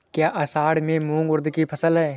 क्या असड़ में मूंग उर्द कि फसल है?